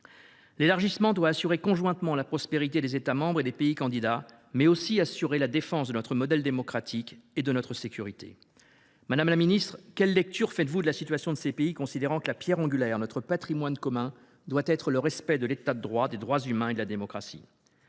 L’élargissement doit assurer conjointement la prospérité des États membres et des pays candidats, mais aussi la défense de notre modèle démocratique et notre sécurité. Madame la secrétaire d’État, quelle lecture faites vous de la situation de ces pays, considérant que la pierre angulaire, notre patrimoine commun doivent être le respect de l’État de droit, des droits humains et de la démocratie ?